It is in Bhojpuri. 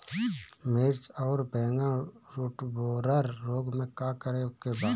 मिर्च आउर बैगन रुटबोरर रोग में का करे के बा?